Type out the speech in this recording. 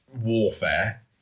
warfare